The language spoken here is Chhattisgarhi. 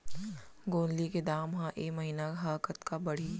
गोंदली के दाम ह ऐ महीना ह कतका बढ़ही?